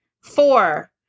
Four